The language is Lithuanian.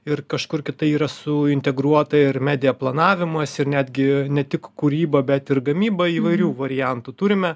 ir kažkur kita yra suintegruota ir medija planavimas ir netgi ne tik kūryba bet ir gamyba įvairių variantų turime